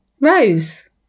Rose